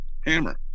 Hammer